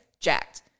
jacked